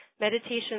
meditation